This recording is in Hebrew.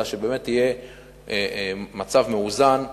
אלא שיהיה מצב מאוזן,